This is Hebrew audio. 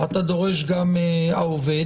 אתה דורש גם העובד.